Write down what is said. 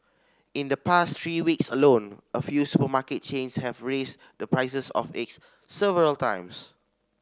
in the past three weeks alone a few supermarket chains have raised the prices of eggs several times